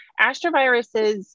astroviruses